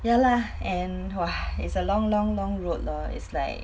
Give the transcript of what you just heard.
ya lah and !wah! it's a long long long road lor is like